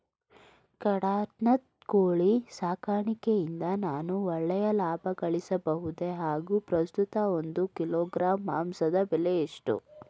ಕಡಕ್ನಾತ್ ಕೋಳಿ ಸಾಕಾಣಿಕೆಯಿಂದ ನಾನು ಒಳ್ಳೆಯ ಲಾಭಗಳಿಸಬಹುದೇ ಹಾಗು ಪ್ರಸ್ತುತ ಒಂದು ಕಿಲೋಗ್ರಾಂ ಮಾಂಸದ ಬೆಲೆ ಎಷ್ಟು?